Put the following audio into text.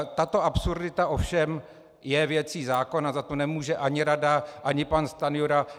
Tato absurdita ovšem je věcí zákona, za to nemůže ani rada ani pan Stanjura.